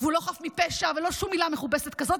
והוא לא חף מפשע ולא שום מילה מכובסת כזאת,